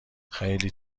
خیلی